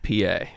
PA